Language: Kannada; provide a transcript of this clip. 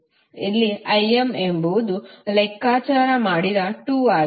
ಇಲ್ಲಿ Im ಎಂಬುದು ಲೆಕ್ಕಾಚಾರ ಮಾಡಿದ 2 ಆಗಿದೆ